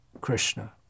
Krishna